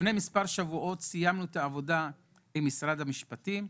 לפני מספר שבועות סיימנו את העבודה במשרד המשפטים,